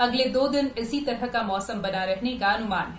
अगले दो दिन इसी तरह का मौसम बना रहने का अनुमान है